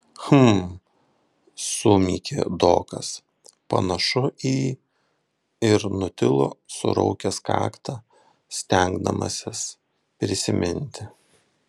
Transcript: hm sumykė dokas panašu į ir nutilo suraukęs kaktą stengdamasis prisiminti